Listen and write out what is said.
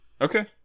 okay